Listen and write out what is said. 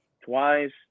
twice